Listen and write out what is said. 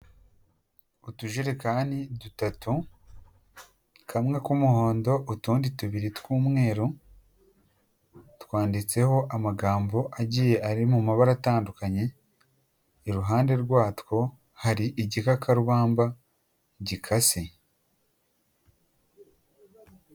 Utujerekani dutatu; kamwe k'umuhondo utundi tubiri tw'umweru; twanditseho amagambo agiye ari mu mabara atandukanye; iruhande rwatwo hari igikakarubamba gikase.